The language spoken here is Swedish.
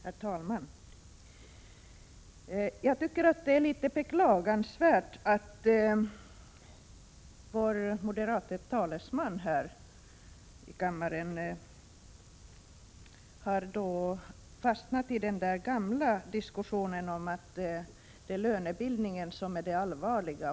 AE Herr talman! Jag tycker att det är litet beklagansvärt att vår moderate talesman här i kammaren har fastnat i den gamla diskussionen om att det är lönebildningen som är det allvarliga.